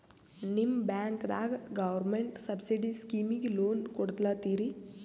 ನಿಮ ಬ್ಯಾಂಕದಾಗ government subsidy ಸ್ಕೀಮಿಗಿ ಲೊನ ಕೊಡ್ಲತ್ತೀರಿ?